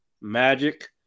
Magic